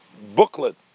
booklet